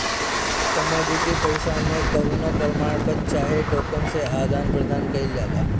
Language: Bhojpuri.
कमोडिटी पईसा मे कवनो प्रमाण पत्र चाहे टोकन से आदान प्रदान कईल जाला